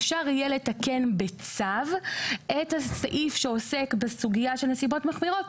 אפשר יהיה לתקן בצו את הסעיף שעוסק בסוגיה של נסיבות מחמירות,